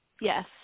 yes